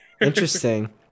Interesting